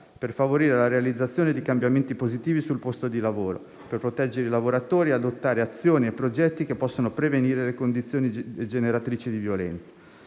per favorire la realizzazione di cambiamenti positivi sul posto di lavoro, per proteggere i lavoratori e adottare azioni e progetti che possano prevenire le condizioni generatrici di violenza.